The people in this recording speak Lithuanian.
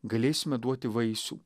galėsime duoti vaisių